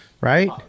right